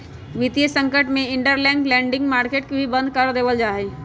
वितीय संकट में इंटरबैंक लेंडिंग मार्केट के बंद भी कर देयल जा हई